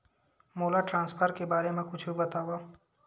मोला ट्रान्सफर के बारे मा कुछु बतावव?